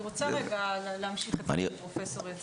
אני רוצה להמשיך את פרופ' יציב.